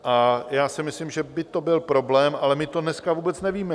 A já si myslím, že by to byl problém, ale my to dneska vůbec nevíme.